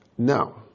Now